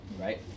right